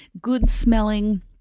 good-smelling